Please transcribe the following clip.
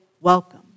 welcome